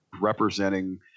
representing